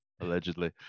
Allegedly